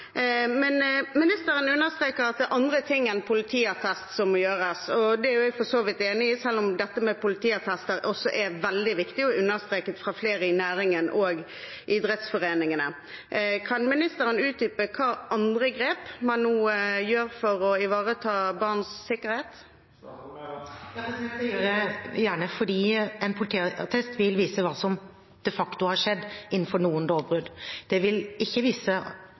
er andre ting enn politiattest som må til, og det er jeg for så vidt enig i, selv om dette med politiattester er veldig viktig og understreket fra flere i næringen, også idrettsforeningene. Kan ministeren utdype hvilke andre grep man nå tar for å ivareta barns sikkerhet? Det gjør jeg gjerne. En politiattest vil vise hva som de facto har skjedd innenfor noen lovbrudd, men den vil ikke vise